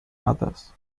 others